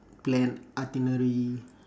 plan itinerary